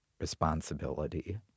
responsibility